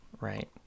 right